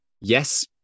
Yes